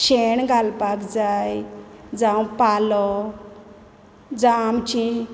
शेण घालपाक जाय जावं पालो जावं आमची